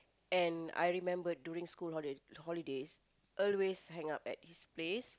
and I remember during school holi~ holidays always hang out at his place